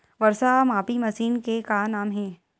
वर्षा मापी मशीन के का नाम हे?